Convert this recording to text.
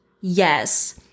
Yes